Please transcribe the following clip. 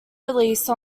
release